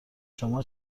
شما